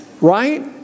Right